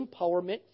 empowerment